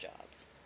jobs